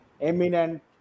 eminent